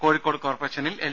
കോഴിക്കോട് കോർപ്പറേഷനിൽ എൽ